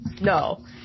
no